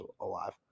alive